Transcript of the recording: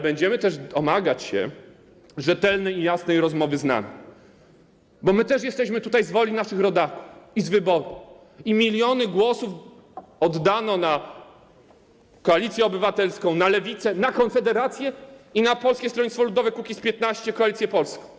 Będziemy też domagać się rzetelnej i jasnej rozmowy z nami, bo my też jesteśmy tutaj z woli naszych rodaków i z wyboru, bo miliony głosów oddano na Koalicję Obywatelską, na Lewicę, na Konfederację i na Polskie Stronnictwo Ludowe - Kukiz15 - Koalicję Polską.